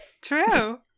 True